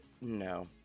No